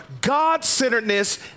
God-centeredness